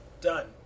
Done